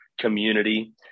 community